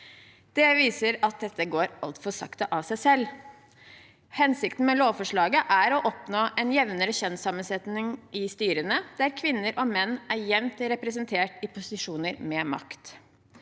Det viser at dette går altfor sakte av seg selv. Hensikten med lovforslaget er å oppnå en jevnere kjønnssammensetning i styrene, at kvinner og menn er jevnt representert i posisjoner med makt.